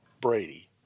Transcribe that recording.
Brady